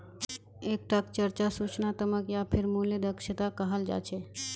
एक टाक चर्चा सूचनात्मक या फेर मूल्य दक्षता कहाल जा छे